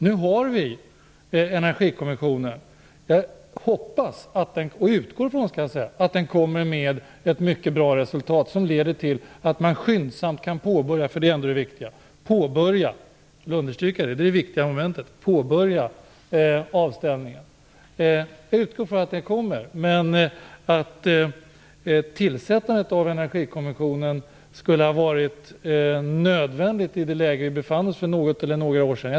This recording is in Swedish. Nu har vi Energikommissionen, och jag hoppas och utgår från att den kommer fram till ett mycket bra resultat, som leder till att man skyndsamt kan påbörja avställningen. Jag vill understryka att det ändå är det som är det viktiga. Jag tyckte inte att tillsättandet av Energikommissionen var nödvändigt, i det läge vi befann oss för något eller några år sedan.